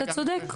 אתה צודק.